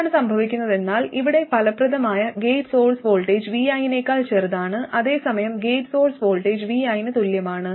എന്താണ് സംഭവിക്കുന്നതെന്നാൽ ഇവിടെ ഫലപ്രദമായ ഗേറ്റ് സോഴ്സ് വോൾട്ടേജ് vi നേക്കാൾ ചെറുതാണ് അതേസമയം ഗേറ്റ് സോഴ്സ് വോൾട്ടേജ് vi ന് തുല്യമാണ്